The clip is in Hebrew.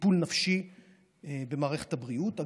לטיפול נפשי במערכת הבריאות,